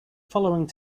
following